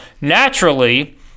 naturally